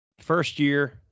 first-year